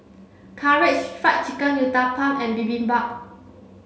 Karaage Fried Chicken Uthapam and Bibimbap